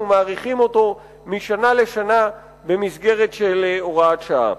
מאריכים את תוקפו משנה לשנה במסגרת של הוראת שעה.